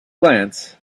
glance